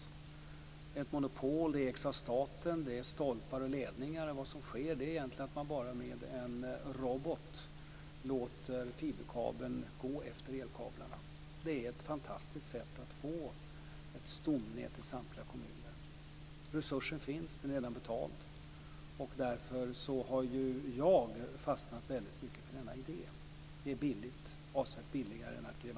Det är ett monopol ägt av staten, med stolpar och ledningar. Vad som sker är bara att man med en robot låter fiberkabeln gå efter elkablarna. Det är ett fantastiskt sätt att få ett stomnät i samtliga kommuner. Resursen finns och är redan betald. Därför har jag fastnat för denna idé. Det är avsevärt billigare än att gräva ned kabeln.